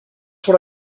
what